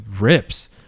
rips